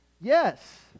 Yes